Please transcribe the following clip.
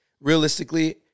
Realistically